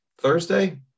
Thursday